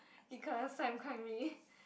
because I'm currently